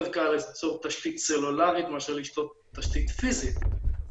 קל ליצור תשתית סלולרית מאשר ליצור תשתית פיזית.